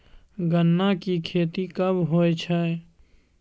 गन्ना की खेती कब होय छै?